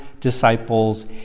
disciples